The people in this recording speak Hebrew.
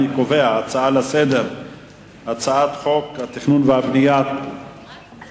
אני קובע שההצעה בנושא חוק התכנון והבנייה (תיקון,